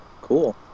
Cool